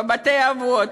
בבתי-אבות,